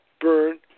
burn